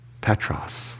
Petros